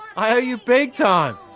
i owe you big time!